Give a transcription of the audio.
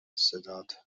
صداتم